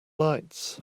lights